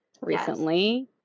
recently